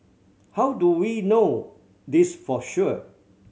how do we know this for sure